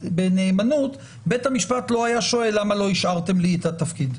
בנאמנות בית המשפט לא היה שואל למה לא השארתם לי את התפקיד,